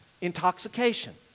intoxication